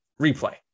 replay